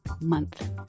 month